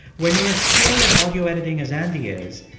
when you're as skilled at audio editing as andy is,